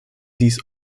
dies